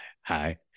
hi